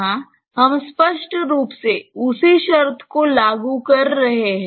यहाँ हम स्पष्ट रूप से उसी शर्त को लागू कर रहे हैं